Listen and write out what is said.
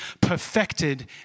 perfected